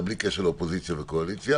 בלי קשר לאופוזיציה וקואליציה